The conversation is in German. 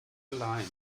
allein